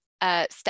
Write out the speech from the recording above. Step